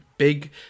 big